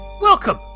Welcome